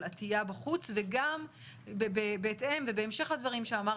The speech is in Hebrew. עטיית מסכה בחוץ וגם בהתאם ובהמשך לדברים שאמרת,